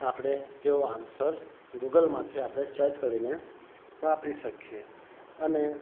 આપણે તેવો આન્સર ગૂગલમાંથી આપણે સર્ચ કરીને વાપરી શકીએ અને